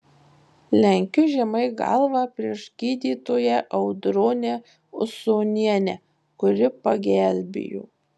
lenkiu žemai galvą prieš gydytoją audronę usonienę kuri pagelbėjo